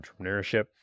entrepreneurship